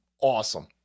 Awesome